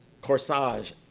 corsage